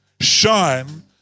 Shine